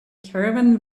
caravan